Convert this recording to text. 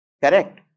Correct